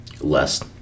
less